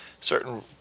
certain